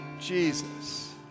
Jesus